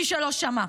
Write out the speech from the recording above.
מי שלא שמע.